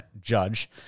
Judge